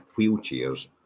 wheelchairs